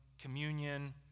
communion